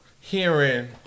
hearing